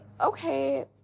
okay